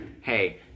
hey